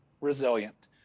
resilient